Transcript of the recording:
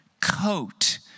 coat